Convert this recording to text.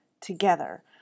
together